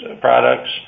products